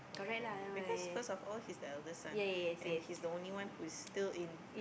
from the family because first of all he's the eldest son and he's the only one who is still in